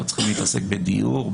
לא צריכים להתעסק בדיור,